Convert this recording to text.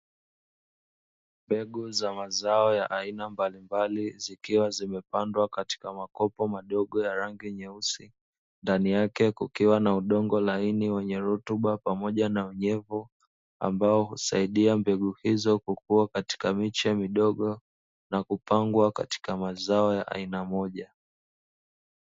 Mbegu za mazao ya aina mbalimbali zikiwa zimepandwa katika makopo madogo ya rangi nyeusi, ndani yake kukiwa na udongo laini wenye rutuba pamoja na unyevu ambao husaidia mbegu hizo kukua katika miche midogo na kupangwa katika mazao ya aina moja.